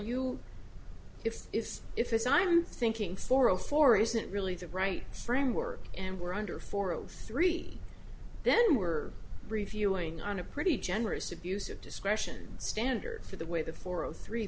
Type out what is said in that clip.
you if it's if it's i'm thinking four of four isn't really the right framework and we're under four o three then we're reviewing on a pretty generous abuse of discretion standard for the way the four zero three